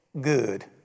good